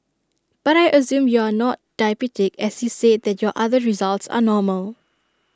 but I assume you are not diabetic as you said that your other results are normal